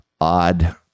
odd